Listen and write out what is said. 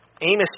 Amos